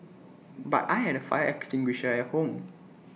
but I had A fire extinguisher at home